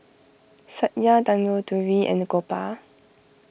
Satya Tanguturi and Gopal